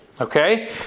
Okay